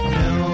no